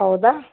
ಹೌದಾ